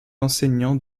enseignant